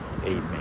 Amen